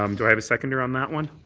um do i have a seconder on that one?